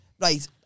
Right